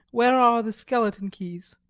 where are the skeleton keys?